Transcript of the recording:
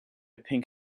pink